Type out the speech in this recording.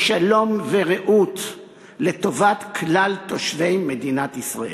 בשלום ורעות, לטובת כלל תושבי מדינת ישראל.